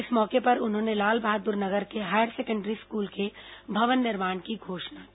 इस मौके पर उन्होंने लालबहादुर नगर के हायर सेकेंडरी स्कूल के भवन निर्माण की घोषणा की